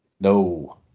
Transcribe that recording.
No